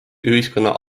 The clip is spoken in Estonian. ühiskonna